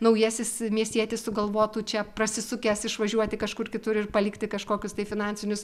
naujasis miestietis sugalvotų čia prasisukęs išvažiuoti kažkur kitur ir palikti kažkokius tai finansinius